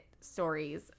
stories